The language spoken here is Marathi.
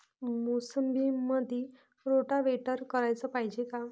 मोसंबीमंदी रोटावेटर कराच पायजे का?